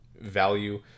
value